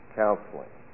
counseling